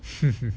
是